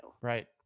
Right